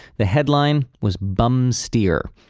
the head line was bum steer.